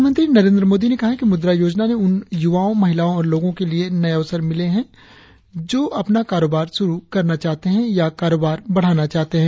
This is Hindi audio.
प्रधानमंत्री नरेंद्र मोदी ने कहा है कि मुद्रा योजना ने उन युवाओं महिलाओं और लोगों के लिए नये अवसर मिले हैं जो अपना कारोबार शुरु करना चाहते हैं या कारोबार बढ़ाना चाहते हैं